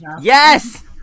Yes